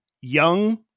young